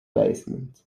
basement